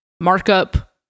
markup